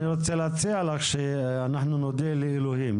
אז אני רוצה להציע לך שאנחנו נודה לאלוהים,